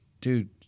dude